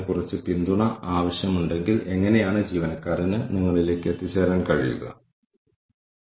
കാഴ്ചയും തന്ത്രവും നമുക്ക് എങ്ങനെ കാര്യങ്ങൾ ചെയ്യാൻ കഴിയും എന്നതിനെ ആശ്രയിച്ചിരിക്കുന്നു